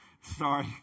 Sorry